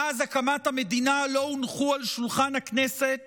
מאז הקמת המדינה לא הונחו על שולחן הכנסת